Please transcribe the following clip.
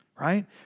right